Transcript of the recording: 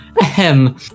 Ahem